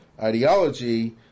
ideology